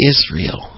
Israel